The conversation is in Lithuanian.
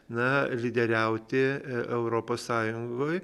na lyderiauti europos sąjungoj